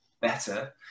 better